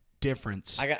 difference